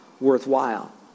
worthwhile